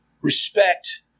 respect